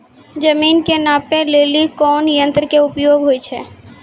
जमीन के नापै लेली कोन यंत्र के उपयोग होय छै?